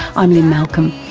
i'm lynne malcolm.